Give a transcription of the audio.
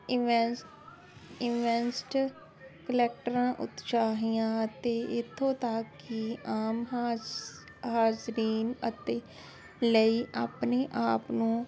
ਇਵੈਂਸ ਇਵੈਂਸਟ ਕਲੈਕਟਰਾਂ ਉਤਸ਼ਾਹੀਆਂ ਅਤੇ ਇੱਥੋਂ ਤੱਕ ਕਿ ਆਮ ਹਾਸ ਹਾਜ਼ਰੀਨ ਅਤੇ ਲਈ ਆਪਨੇ ਆਪ ਨੂੰ